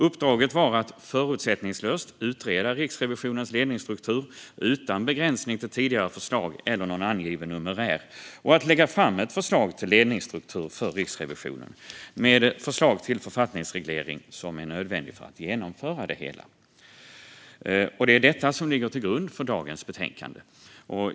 Uppdraget var att förutsättningslöst utreda Riksrevisionens ledningsstruktur utan begränsning till tidigare förslag eller någon angiven numerär och att lägga fram ett förslag till ledningsstruktur för Riksrevisionen med förslag till författningsreglering som är nödvändig för att genomföra det hela. Det är detta som ligger till grund för betänkandet.